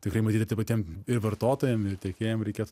tikrai matyt tiem patiem ir vartotojam ir tiekėjam reikėtų